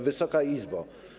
Wysoka Izbo!